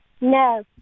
No